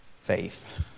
Faith